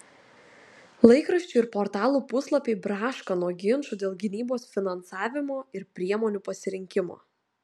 laikraščių ir portalų puslapiai braška nuo ginčų dėl gynybos finansavimo ir priemonių pasirinkimo